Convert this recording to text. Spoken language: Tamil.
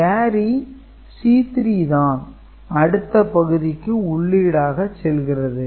கேரி C3 தான் அடுத்த பகுதிக்கு உள்ளீடாக செல்கிறது